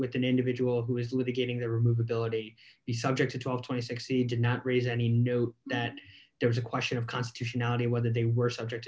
with an individual who is living getting the remove ability the subject to talk twenty six he did not raise any note that there was a question of constitutionality whether they were subject